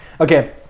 Okay